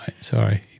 Sorry